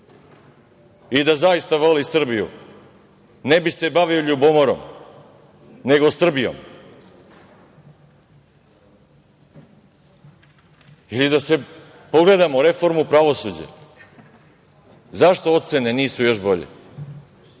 I da zaista voli Srbiju ne bi se bavio ljubomorom, nego Srbijom. Da pogledamo reformu pravosuđa. Zašto ocene nisu još bolje